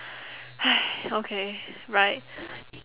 !hais! okay right